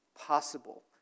possible